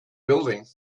building